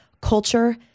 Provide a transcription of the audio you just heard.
culture